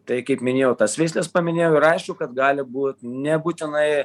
tai kaip minėjau tas veisles paminėjau ir aišku kad gali būt nebūtinai